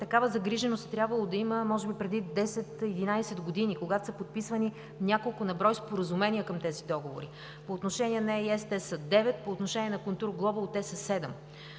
такава загриженост е трябвало да има преди 10 – 11 г., когато са подписвани няколко на брой споразумения към тези договори. По отношение на EIS те са девет, по отношение на „КонтурГлобал“ са